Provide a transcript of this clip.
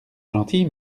gentil